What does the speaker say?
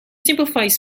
simplifies